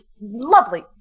lovely